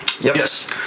Yes